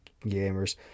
Gamers